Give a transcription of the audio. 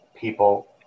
people